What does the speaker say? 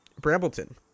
Brambleton